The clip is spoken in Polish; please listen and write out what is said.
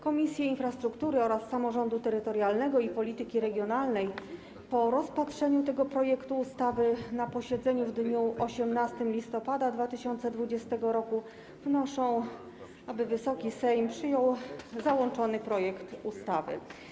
Komisje: Infrastruktury oraz Samorządu Terytorialnego i Polityki Regionalnej po rozpatrzeniu tego projektu ustawy na posiedzeniu w dniu 18 listopada 2020 r. wnoszą, aby Wysoki Sejm przyjął załączony projekt ustawy.